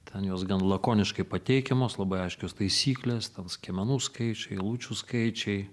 ten jos gan lakoniškai pateikiamos labai aiškios taisyklės ten skiemenų skaičiai eilučių skaičiai